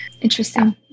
Interesting